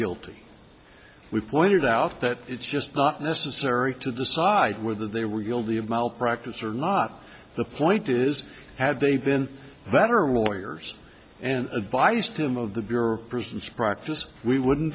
guilty we pointed out that it's just not necessary to decide whether they were guilty of malpractise or not the point is had they been veteran lawyers and advised him of the